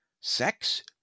sex